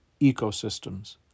ecosystems